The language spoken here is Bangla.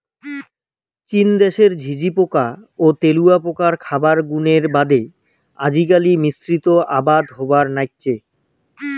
চীন দ্যাশের ঝিঁঝিপোকা ও তেলুয়াপোকার খাবার গুণের বাদে আজিকালি মিশ্রিত আবাদ হবার নাইগচে